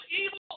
evil